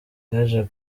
yaje